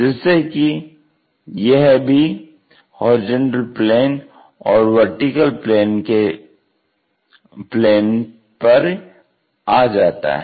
जिस से कि यह भी HP और VP के प्लेन पर आ जाता है